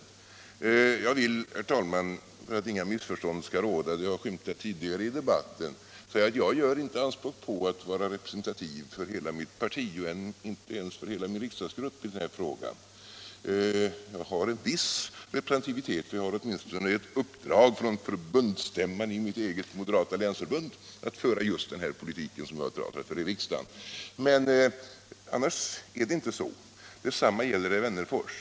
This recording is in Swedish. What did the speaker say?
Jag vill, herr talman, för att inga missförstånd skall råda — sådana har skymtat tidigare i debatten — säga att jag gör inte anspråk på att vara representativ för hela mitt parti, inte ens för hela min riksdagsgrupp i den här frågan. Jag har en viss representativitet, för jag har åtminstone uppdrag från förbundsstämman i mitt eget moderata länsförbund att föra just den politik som jag talat för i riksdagen, men f. ö. är jag inte representativ. Detsamma gäller herr Wennerfors.